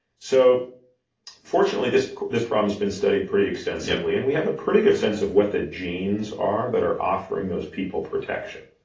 so fortunately this this problem's been studied pretty extensively and we have a pretty good sense of what the genes are that are offering those people protection.